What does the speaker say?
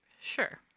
sure